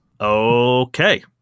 Okay